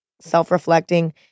self-reflecting